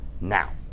Now